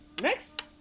next